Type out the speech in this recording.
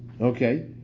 Okay